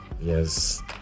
Yes